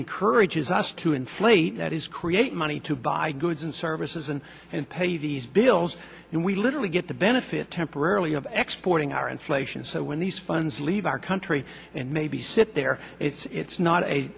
encourages us to inflate that is create money to buy goods and services and pay these bills and we literally get the benefit temporarily of exploiting our inflation so when these funds leave our country and maybe sit there it's